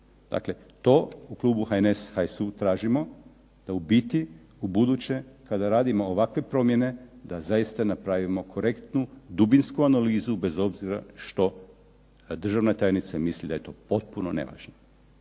Dakle, to u klubu HNS, HSU tražimo da u biti u buduće kada radimo ovakve promjene, da zaista napravimo korektnu dubinsku analizu bez obzira što državna tajnica misli da je to potpuno nevažno.